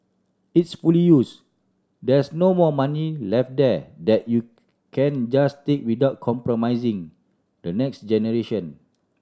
it's fully used there's no more money left there that you can just take without compromising the next generation